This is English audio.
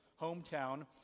hometown